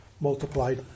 multiplied